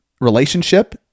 relationship